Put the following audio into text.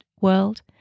world